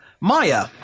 Maya